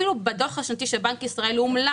אפילו בדוח השנתי של בנק ישראל הומלץ